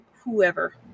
whoever